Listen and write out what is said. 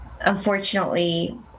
unfortunately